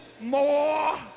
more